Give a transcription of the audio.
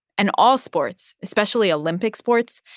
and all sports, especially olympic sports,